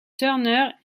turner